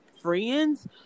friends